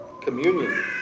Communion